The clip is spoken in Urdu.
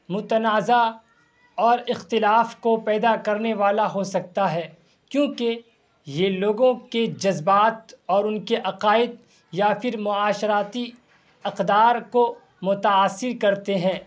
متنازعہ اور اختلاف کو پیدا کرنے والا ہو سکتا ہے کیونکہ یہ لوگوں کے جذبات اور ان کے عقائد یا پھر معاشرتی اقدار کو متاثر کرتے ہیں